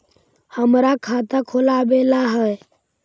हमरा खाता खोलाबे ला है?